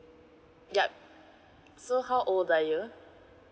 yup so how old are you